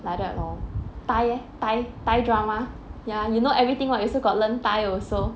like that lor thai leh thai thai drama ya you know everything [what] you also got learn thai also